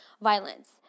violence